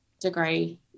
degree